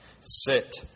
sit